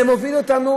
זה מוביל אותנו